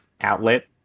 outlet